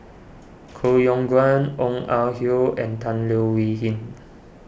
Koh Yong Guan Ong Ah Hoi and Tan Leo Wee Hin